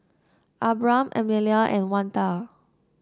Abram Emilia and Oneta